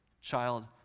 child